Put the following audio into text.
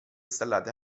installate